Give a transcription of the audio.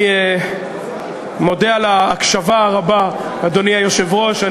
אני מודה על ההקשבה הרבה, אדוני היושב-ראש.